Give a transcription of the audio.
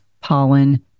pollen